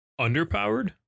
Underpowered